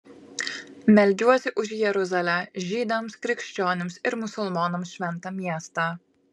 meldžiuosi už jeruzalę žydams krikščionims ir musulmonams šventą miestą